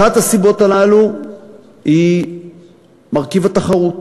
אחת הסיבות הללו היא מרכיב התחרותיות.